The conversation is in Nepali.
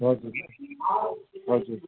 हजुर हजुर